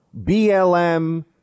BLM